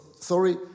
Sorry